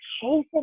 chasing